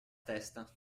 testa